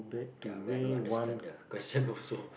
ya man I don't understand the question also